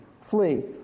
flee